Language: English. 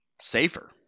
safer